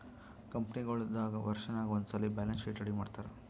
ಕಂಪನಿಗೊಳ್ ದಾಗ್ ವರ್ಷನಾಗ್ ಒಂದ್ಸಲ್ಲಿ ಬ್ಯಾಲೆನ್ಸ್ ಶೀಟ್ ರೆಡಿ ಮಾಡ್ತಾರ್